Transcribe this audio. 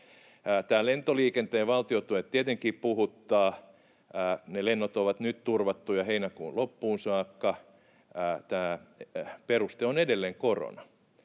Lentoliikenteen valtiontuet tietenkin puhuttavat. Lennot ovat nyt turvattuja heinäkuun loppuun saakka. Tämä peruste on edelleen korona,